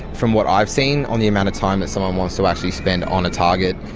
from what i've seen, on the amount of time that someone wants to actually spend on a target.